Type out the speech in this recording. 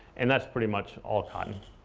and that's pretty much all cotton.